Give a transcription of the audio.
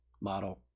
model